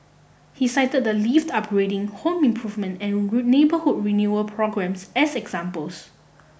he cited the lift upgrading home improvement and neighbourhood renewal programmes as examples